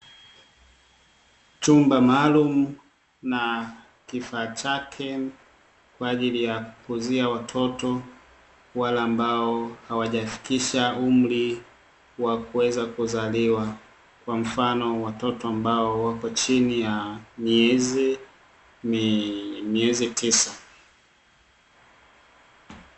Chumba maalumu na kifaa chake kwa ajili ya kukuzia watoto wale, ambao hawajafikisha umri wa kuweza kuzaliwa kwa mfano watoto ambao wapo chini ya miezi tisa.